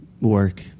Work